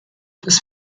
dass